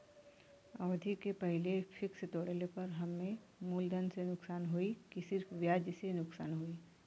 अवधि के पहिले फिक्स तोड़ले पर हम्मे मुलधन से नुकसान होयी की सिर्फ ब्याज से नुकसान होयी?